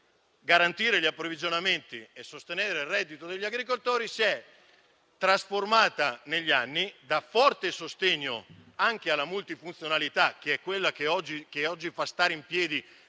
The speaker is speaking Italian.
con lo scopo di garantire gli approvvigionamenti e sostenere il reddito degli agricoltori si è trasformata, negli anni, da forte sostegno anche alla multifunzionalità (che è quella che oggi fa stare in piedi